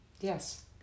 Yes